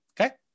Okay